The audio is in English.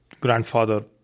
grandfather